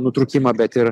nutrūkimą bet ir